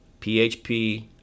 php